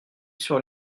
sur